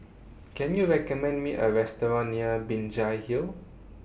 Can YOU recommend Me A Restaurant near Binjai Hill